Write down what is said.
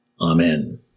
Amen